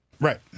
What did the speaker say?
right